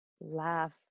laugh